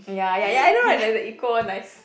ya ya ya I know right the the eco one nice